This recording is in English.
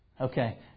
Okay